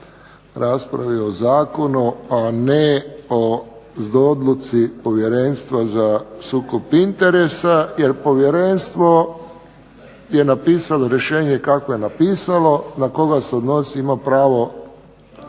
raspravi o zakonu, a ne odluci Povjerenstva za sukob interesa jer povjerenstvo je napisalo rješenje kako je napisalo, na koga se odnosi ima pravo